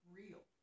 real